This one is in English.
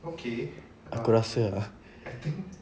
aku rasa ah